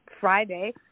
Friday